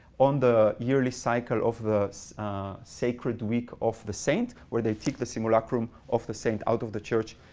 on the yearly cycle of the sacred week of the saint, where they take the simulacrum of the saint out of the church,